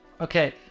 Okay